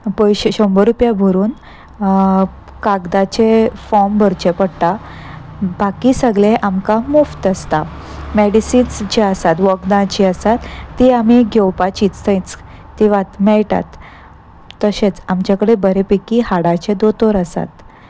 पयशे शंबर रुपया भरून कागदाचे फॉर्म भरचें पडटा बाकी सगलें आमकां मुफ्त आसता मेडिसिन्स जे आसात वखदां जी आसात ती आमी घेवपाची थंयच ती मेळटात तशेंच आमचे कडेन बरेें पैकी हाडाचे दोतोर आसात